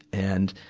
and,